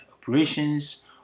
operations